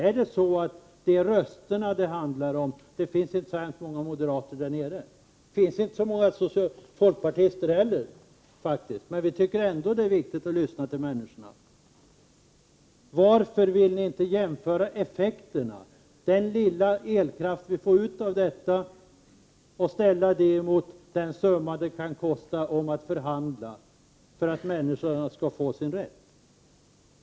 Är det så att det är rösterna det handlar om? Det finns inte så särskilt många moderater där. Det finns inte så många folkpartister heller, men vi tycker ändå att det är viktigt att lyssna till människorna. Varför vill ni inte jämföra effekterna och ställa den lilla elkraft vi får ut mot den summa det kan kosta att förhandla, så att människor kan få sin rätt?